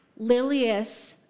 Lilius